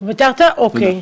ויתרת, אוקי.